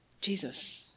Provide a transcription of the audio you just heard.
Jesus